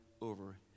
over